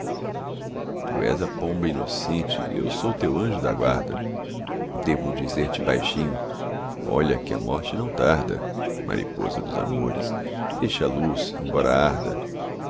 tu és a pomba inocente eu sou teu anjo da guarda devo dizer-te baixinho olha que a morte não tarda mariposa dos amores deixa a luz embora arda